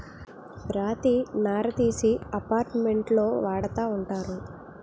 రాతి నార తీసి అపార్ట్మెంట్లో వాడతా ఉంటారు